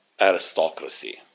aristocracy